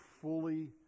fully